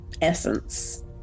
essence